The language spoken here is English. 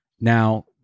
now